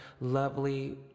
lovely